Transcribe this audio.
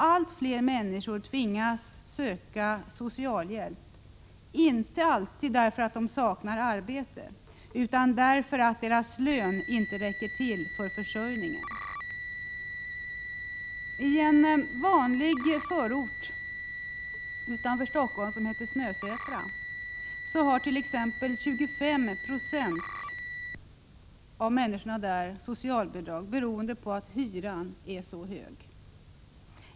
Allt fler människor tvingas söka socialhjälp, inte alltid därför att de saknar arbete, utan därför att deras lön inte räcker till för försörjningen. I en vanlig Stockholmsförort som heter Snösätra har t.ex. 25 90 av människorna socialbidrag beroende på att hyran är för hög.